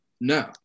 No